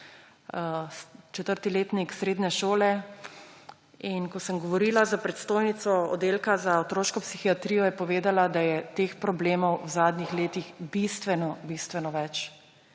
4. letnik srednje šole, in ko sem govorila s predstojnico Oddelka za otroško psihiatrijo, je povedala, da je teh problemov v zadnjih letih bistveno, bistveno več.